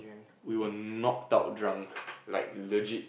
we were knocked out drunk like legit